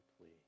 plea